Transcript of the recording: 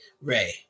Ray